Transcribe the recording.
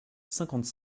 cinquante